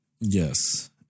yes